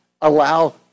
allow